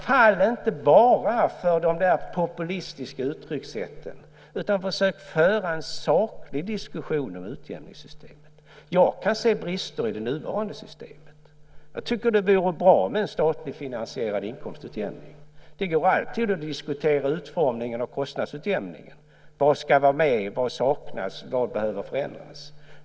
Fall inte bara för de populistiska uttryckssätten utan försök föra en saklig diskussion om utjämningssystemen! Jag kan se brister i det nuvarande systemet. Jag tycker att det vore bra med en statligt finansierad inkomstutjämning. Det går alltid att diskutera utformningen av kostnadsutjämningen. Vad ska vara med, vad saknas, vad behöver förändras?